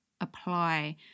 apply